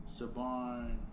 Saban